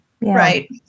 right